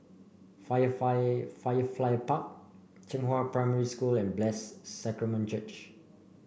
Firefly Park Zhenghua Primary School and Blessed Sacrament Church